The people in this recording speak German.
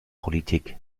politik